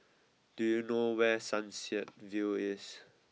do you know where Sunset View is